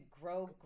grow